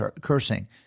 cursing